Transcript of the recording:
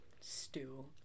Stew